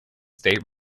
state